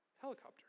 helicopter